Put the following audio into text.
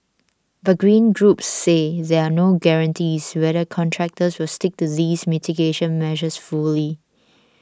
but green groups say there are no guarantees whether contractors will stick to these mitigation measures fully